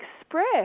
express